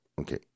Okay